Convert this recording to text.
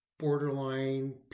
borderline